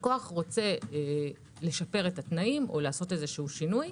לקוח רוצה לשפר את התנאים או לעשות שינוי,